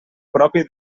propi